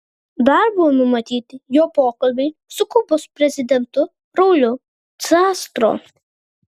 dar buvo numatyti jo pokalbiai su kubos prezidentu rauliu castro